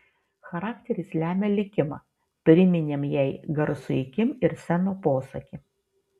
charakteris lemia likimą priminėm jai garsųjį kim ir seno posakį